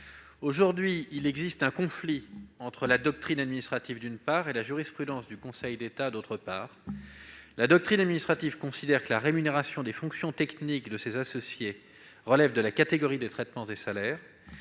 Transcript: Aujourd'hui, il existe un conflit entre la doctrine administrative et la jurisprudence du Conseil d'État. La doctrine administrative considère que la rémunération des fonctions techniques de ces associés relève de la catégorie des traitements et salaires